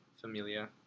Familia